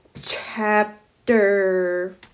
chapter